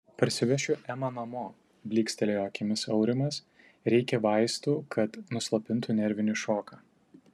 parsivešiu emą namo blykstelėjo akimis aurimas reikia vaistų kad nuslopintų nervinį šoką